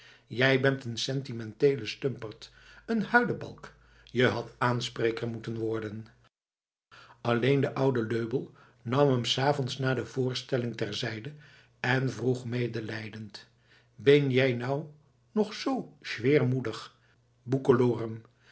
jij bent een sentimenteele stumperd een huilebalk je hadt aanspreker moeten worden alleen de oude löbell nam hem s avonds na de voorstelling ter zijde en vroeg medelijdend bin jij nou nog zoo